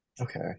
Okay